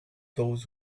those